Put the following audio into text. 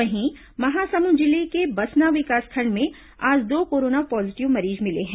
वहीं महासमुंद जिले के बसना विकासखंड में आज दो कोरोना पॉजीटिव मरीज मिले हैं